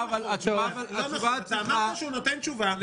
התשובה צריכה --- אמרת שהוא נותן תשובה.